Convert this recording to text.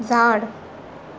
झाड